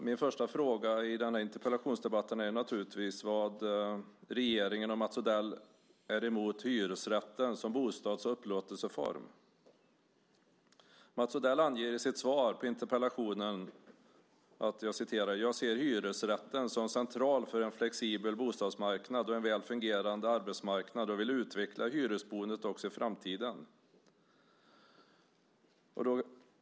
Min första fråga i interpellationsdebatten är vad regeringen och Mats Odell har emot hyresrätten som bostads och upplåtelseform. Mats Odell anger i sitt svar på interpellationen: Jag ser hyresrätten som central för en flexibel bostadsmarknad och en väl fungerande arbetsmarknad och vill utveckla hyresboendet också i framtiden.